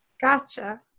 Gotcha